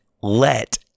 let